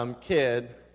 kid